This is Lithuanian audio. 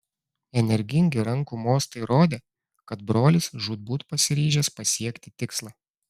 energingi rankų mostai rodė kad brolis žūtbūt pasiryžęs pasiekti tikslą